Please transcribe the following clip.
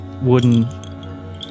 wooden